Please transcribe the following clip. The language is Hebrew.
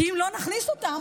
כי אם לא נכניס אותם,